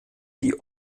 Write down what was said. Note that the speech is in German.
die